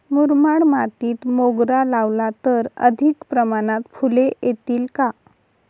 मुरमाड मातीत मोगरा लावला तर अधिक प्रमाणात फूले येतील का?